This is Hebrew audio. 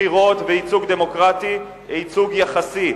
בחירות בייצוג דמוקרטי, ייצוג יחסי.